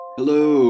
Hello